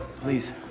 Please